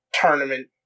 tournament